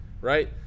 right